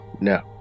No